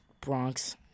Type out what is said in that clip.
Bronx